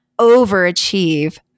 overachieve